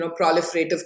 proliferative